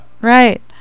right